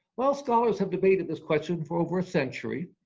well, scholars have debated this question for over a century,